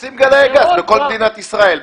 --- נשֹים גלאי גז בכל מדינת ישראל,